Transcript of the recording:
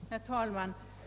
Herr talman!